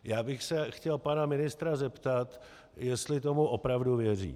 Já bych se chtěl pana ministra zeptat, jestli tomu opravdu věří.